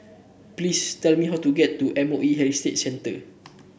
please tell me how to get to M O E Heritage Centre